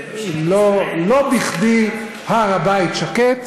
לא בכדי הר הבית שקט.